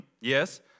Yes